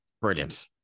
Brilliant